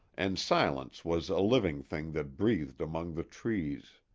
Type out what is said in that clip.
and silence was a living thing that breathed among the trees.